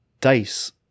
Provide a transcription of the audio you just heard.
dice